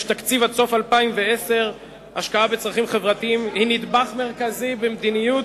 יש תקציב עד סוף 2010. השקעה בצרכים חברתיים היא נדבך מרכזי במדיניות,